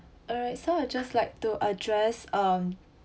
alright so I just like to address um